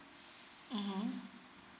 mmhmm